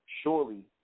Surely